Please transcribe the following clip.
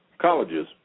colleges